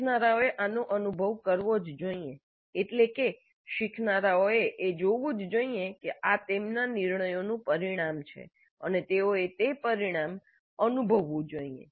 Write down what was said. શીખનારાઓએ આનો અનુભવ કરવો જ જોઇએ એટલે કે શીખનારાઓએ એ જોવું જ જોઇએ કે આ તેમના નિર્ણયોનું પરિણામ છે અને તેઓએ તે પરિણામ અનુભવવું જોઈએ